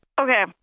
Okay